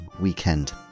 weekend